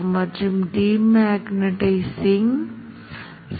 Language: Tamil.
இது அடிப்படையில் பின்னணி நிறத்தை அமைக்கிறது 0 என்பது பின்னணி நிறத்தை குறிக்கிறது